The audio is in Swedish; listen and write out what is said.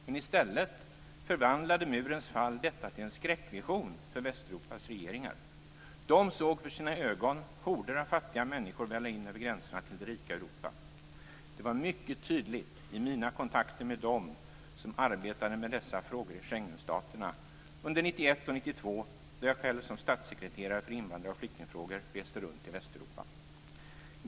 Men i stället förvandlade murens fall detta till en skräckvision för Västeuropas regeringar. De såg för sina ögon horder av fattiga människor välla in över gränserna till det rika Europa. Det var mycket tydligt i mina kontakter med dem som arbetade med dessa frågor i Schengenstaterna under 1991 och 1992, då jag själv som statssekreterare för invandrar och flyktingfrågor reste runt i Västeuropa.